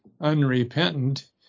unrepentant